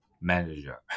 manager